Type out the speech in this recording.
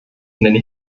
nenne